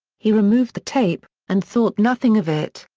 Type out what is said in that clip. he removed the tape, and thought nothing of it.